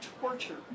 torture